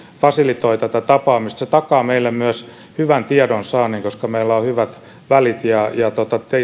fasilitoi tätä tapaamista se takaa myös meille hyvän tiedonsaannin koska meillä on hyvät välit ja ja